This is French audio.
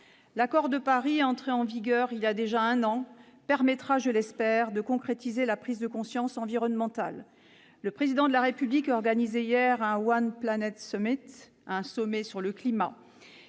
L'accord de Paris, entré en vigueur voilà déjà un an, permettra- je l'espère -de concrétiser la prise de conscience environnementale. Le Président de la République organisait hier un, un sommet sur le climat.